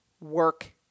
work